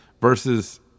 versus